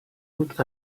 doute